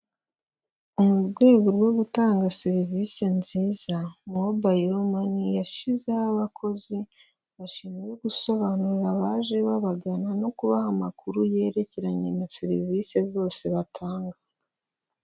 Mu rwego rwo gutanga serivisi nziza mobayiro mani, yashyizeho abakozi bashinzwe gusobanurira abaje babagana no kubaha amakuru yerekeranye na serivisi zose batanga.